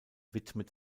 widmet